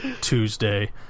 Tuesday